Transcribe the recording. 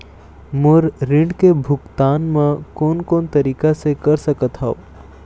मोर ऋण के भुगतान म कोन कोन तरीका से कर सकत हव?